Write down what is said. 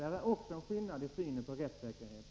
Där finns också en skillnad i synen på rättssäkerheten.